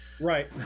right